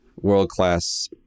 world-class